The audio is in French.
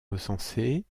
recensés